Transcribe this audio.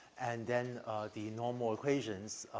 and then the normal equations,